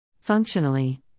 Functionally